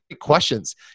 questions